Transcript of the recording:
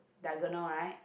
diagonal right